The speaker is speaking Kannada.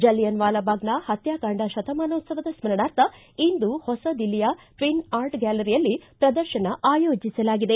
ಜಲಿಯನ್ ವಾಲಾಬಾಗ್ನ ಪತ್ಕಾಕಾಂಡ ಶತಮಾನೋತ್ಸವದ ಸ್ಮರಣಾರ್ಥ ಇಂದು ಹೊಸ ದಿಲ್ಲಿಯ ಟ್ವಿನ್ ಆರ್ಟ್ ಗ್ಕಾಲರಿಯಲ್ಲಿ ಪ್ರದರ್ಶನ ಆಯೋಜಿಸಲಾಗಿದೆ